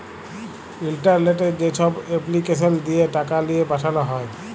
ইলটারলেটে যেছব এপলিকেসল দিঁয়ে টাকা লিঁয়ে পাঠাল হ্যয়